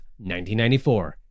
1994